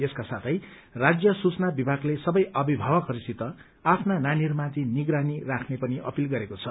यसका साथै राज्य सूचना विभागले सबै अभिमावकहरूसित आफ्नो नानीहरूमाथि निगरानी राख्ने पनि अपिल गरेको छ